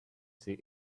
see